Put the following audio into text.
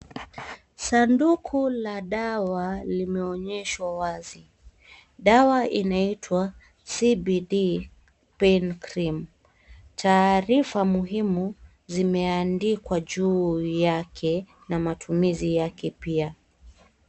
Sanduku la dawa limeonyeshwa wazi. Dawa inaitwa CBD Pain Cream taarifa muhimu zimeandikwa juu yake na matumizi yake pia.